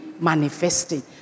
manifesting